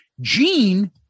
Gene